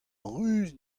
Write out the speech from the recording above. ruz